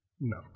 No